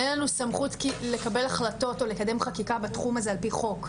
אין לנו סמכות לקבל החלטות או לקדם חקיקה בתחום הזה על פי חוק.